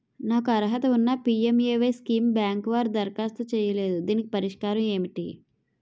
నాకు అర్హత ఉన్నా పి.ఎం.ఎ.వై స్కీమ్ బ్యాంకు వారు దరఖాస్తు చేయలేదు దీనికి పరిష్కారం ఏమిటి?